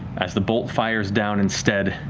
as the bolt fires down instead,